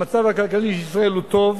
המצב הכלכלי של ישראל הוא טוב,